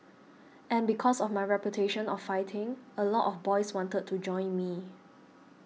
and because of my reputation of fighting a lot of boys wanted to join me